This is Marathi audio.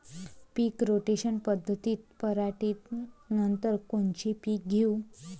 पीक रोटेशन पद्धतीत पराटीनंतर कोनचे पीक घेऊ?